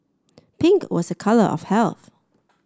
pink was a colour of health